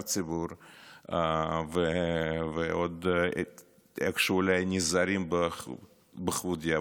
ציבור ועוד איכשהו אולי נזהרים בכבודי,